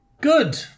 good